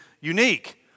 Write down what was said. unique